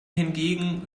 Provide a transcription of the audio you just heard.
hingegen